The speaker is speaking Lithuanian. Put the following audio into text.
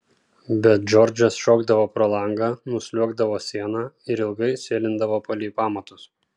bet džordžas šokdavo pro langą nusliuogdavo siena ir ilgai sėlindavo palei pamatus